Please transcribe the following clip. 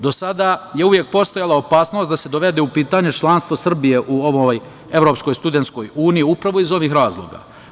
Do sada je uvek postojala opasnost da se dovede u pitanje članstvo u Srbije u ovoj Evropskoj studentskoj uniji upravo iz ovih razloga.